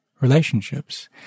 relationships